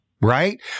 Right